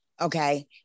okay